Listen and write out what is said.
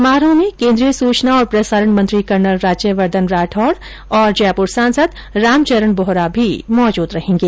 समारोह में केन्द्रीय सूचना और प्रसारण मंत्री कर्नल राज्यवर्द्वन राठौड और जयपुर सांसद रामचरण बोहरा भी मौजूद रहेंगे